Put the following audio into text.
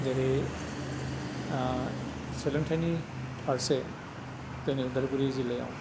जेरै सोलोंथाइनि फारसे जोंनि उदालगुरि जिल्लायाव